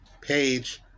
page